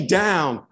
down